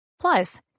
plus